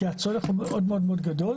כי הצורך הוא מאוד מאוד גדול